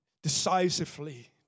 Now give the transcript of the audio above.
decisively